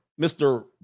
Mr